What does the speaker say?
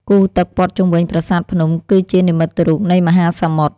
គូទឹកព័ទ្ធជុំវិញប្រាសាទភ្នំ គឺជានិមិត្តរូបនៃមហាសមុទ្រ។